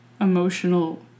emotional